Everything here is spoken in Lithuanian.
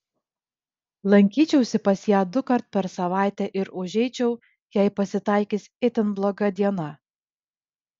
lankyčiausi pas ją dukart per savaitę ir užeičiau jei pasitaikys itin bloga diena